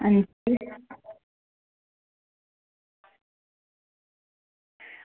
अंजी